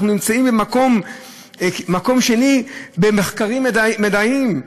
אנחנו נמצאים במקום שני במחקרים מדעיים,